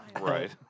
Right